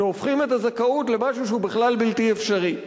שהופכים את הזכאות למשהו שהוא בכלל בלתי אפשרי.